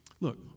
Look